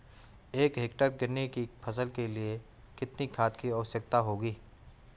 एक हेक्टेयर गन्ने की फसल के लिए कितनी खाद की आवश्यकता होगी?